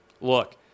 Look